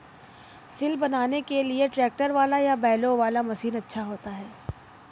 सिल बनाने के लिए ट्रैक्टर वाला या बैलों वाला मशीन अच्छा होता है?